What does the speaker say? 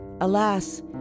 Alas